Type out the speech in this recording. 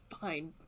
fine